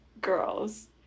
girls